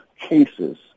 cases